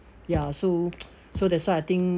ya so so that's why I think